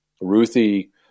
Ruthie